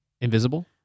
invisible